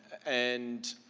and,